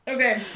Okay